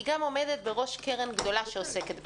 היא גם עומדת בראש קרן גדולה שעוסקת בזה.